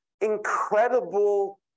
incredible